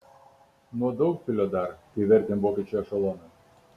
nuo daugpilio dar kai vertėm vokiečių ešeloną